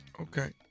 Okay